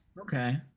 Okay